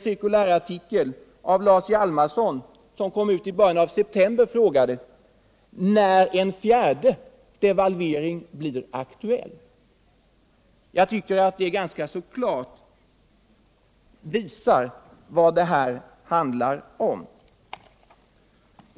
cirkulärartikel av Lars Hjalmarsson i början av september frågade när den fjärde devalveringen skulle bli aktuell. Detta visar ganska klart vad det handlar om.